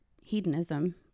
hedonism